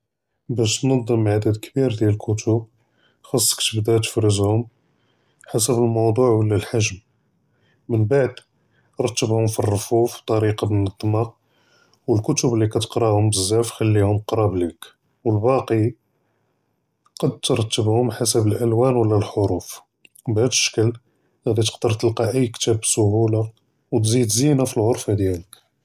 באש תנצ'ם עאדד כביר דיאל אלכתוב חאצכ תבדה תפרזהום חסב אלמוצוע ולא אלחג'ם, מן בעד רתבהום פלארפוא'ף בטאריקה מונצ'מה אולכתוב לי כתקראهوم בזאף כ'ליהם קרבليك, ואלבאקי תקדר תרתבהום חסב אלאלואן ולא אלאחורוף בהאד אישכּל עאדי תקדר תלגא אִי כתאב בסהולה ותזיד זינה פלאע'רפא דיאלק.